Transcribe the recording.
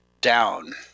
down